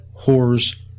Whores